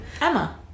Emma